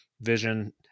vision